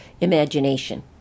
imagination